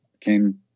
came